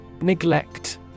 Neglect